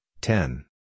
ten